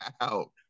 out